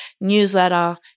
newsletter